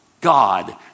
God